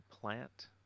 Plant